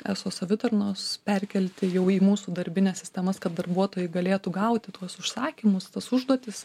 eso savitarnos perkelti jau į mūsų darbines sistemas kad darbuotojai galėtų gauti tuos užsakymus tas užduotis